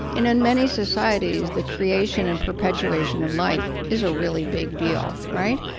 in in many societies the creation and perpetuation of life is a really big deal. right?